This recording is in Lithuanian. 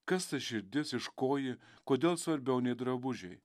kas ta širdis iš ko ji kodėl svarbiau nei drabužiai